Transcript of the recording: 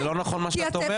אבל זה לא נכון מה שאת אומרת.